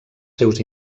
seus